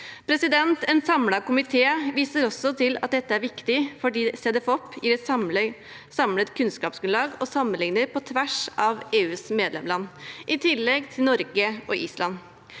utfordringene. En samlet komité viser også til at dette er viktig fordi Cedefop gir et samlet kunnskapsgrunnlag og sammenligning på tvers av EUs medlemsland i tillegg til Norge og Island.